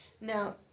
Now